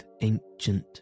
ancient